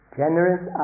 generous